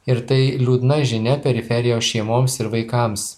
ir tai liūdna žinia periferijos šeimoms ir vaikams